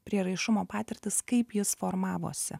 prieraišumo patirtis kaip jis formavosi